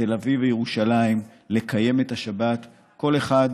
תל אביב וירושלים לקיים את השבת כל אחד